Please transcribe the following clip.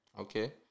Okay